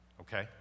okay